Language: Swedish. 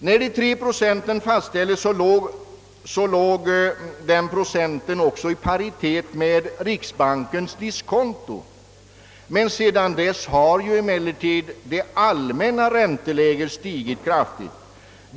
När dessa 3 procent fastställdes låg procentsatsen i paritet med riksbankens diskonto, men sedan dess har det allmänna ränteläget stigit kraftigt.